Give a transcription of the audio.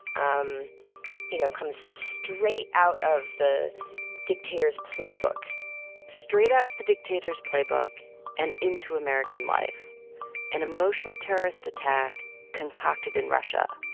um you know, comes straight out of the dictator's playbook straight out of the dictators playbook and into american life an emotional terrorist attack concocted in russia.